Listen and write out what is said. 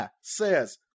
says